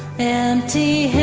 and